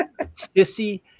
Sissy